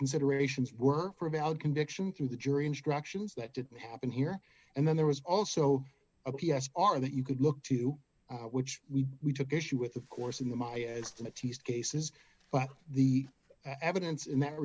considerations were for a valid conviction through the jury instructions that didn't happen here and then there was also a p s are that you could look to which we we took issue with of course in the my estimate test cases but the evidence in that